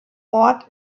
ort